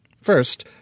First